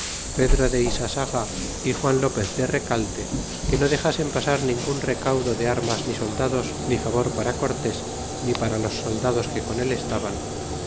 pedro de isasaga y juan lopez de recalte que no dexasen pasar ningun recaudo de armas ni soldados ni favor para cortés ni para los soldados que con el estaban